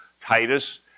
Titus